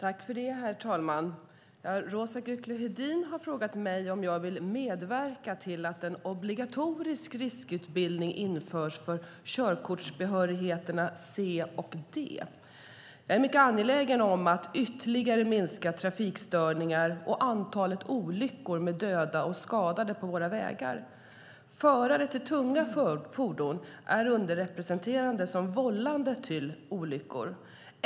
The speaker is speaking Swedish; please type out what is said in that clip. Herr talman! Roza Güclü Hedin har frågat mig om jag vill medverka till att en obligatorisk riskutbildning införs för körkortsbehörigheterna C och D. Jag är mycket angelägen om att ytterligare minska trafikstörningar och antalet olyckor med döda och skadade på våra vägar. Förare till tunga fordon är underrepresenterade som vållande till olyckor.